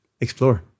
explore